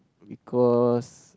because